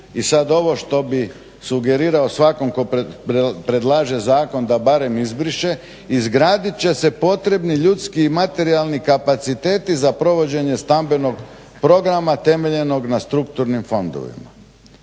I sad ovo što bih sugerirao svakom tko predlaže zakon da barem izbriše, izgraditi će se potrebni ljudski i materijalni kapaciteti za provođenje stambenog programa temeljenog na strukturnim fondovima.